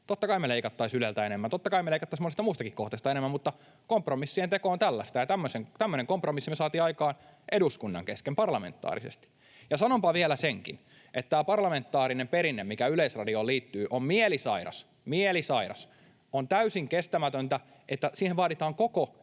Totta kai me leikattaisiin Yleltä enemmän, totta kai me leikattaisiin monesta muustakin kohteesta enemmän, mutta kompromissien teko on tällaista ja tämmöinen kompromissi me saatiin aikaan eduskunnan kesken parlamentaarisesti. Ja sanonpa vielä senkin, että tämä parlamentaarinen perinne, mikä Yleisradioon liittyy, on mielisairas. Mielisairas. On täysin kestämätöntä, että siihen vaaditaan koko